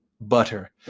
butter